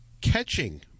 catching